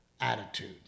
attitude